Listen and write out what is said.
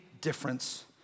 difference